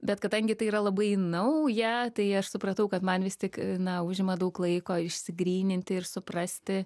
bet kadangi tai yra labai nauja tai aš supratau kad man vis tik na užima daug laiko išsigryninti ir suprasti